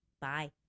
Bye